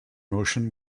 motion